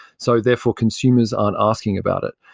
so therefore consumers aren't asking about it.